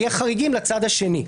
נהיה חריגים לצד השני.